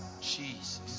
Jesus